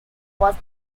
was